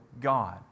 God